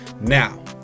Now